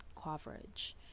coverage